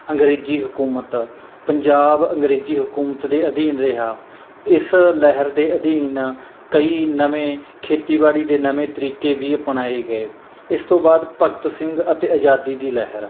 ਅੰਗਰੇਜ਼ੀ ਹਕੂਮਤ ਪੰਜਾਬ ਅੰਗਰੇਜ਼ੀ ਹਕੂਮਤ ਦੇ ਅਧੀਨ ਰਿਹਾ ਇਸ ਲਹਿਰ ਦੇ ਅਧੀਨ ਕਈ ਨਵੇਂ ਖੇਤੀਬਾੜੀ ਦੇ ਨਵੇਂ ਤਰੀਕੇ ਵੀ ਅਪਣਾਏ ਗਏ ਇਸ ਤੋਂ ਬਾਅਦ ਭਗਤ ਸਿੰਘ ਅਤੇ ਆਜ਼ਾਦੀ ਦੀ ਲਹਿਰ